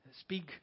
speak